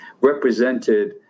represented